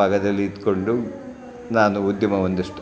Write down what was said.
ಭಾಗದಲ್ಲಿ ಇದ್ಕೊಂಡು ನಾನು ಉದ್ಯಮ ಒಂದಿಷ್ಟು